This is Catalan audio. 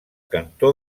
cantó